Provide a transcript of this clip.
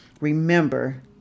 remember